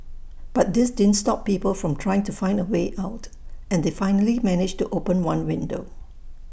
but this didn't stop people from trying to find A way out and they finally managed to open one window